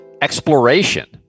exploration